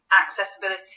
accessibility